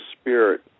spirit